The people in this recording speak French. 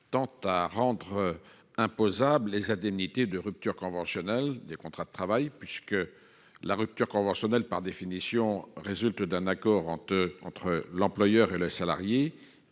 tend à rendre imposables les indemnités de rupture conventionnelle du contrat de travail. Par définition, la rupture conventionnelle résulte d’un accord entre l’employeur et le salarié.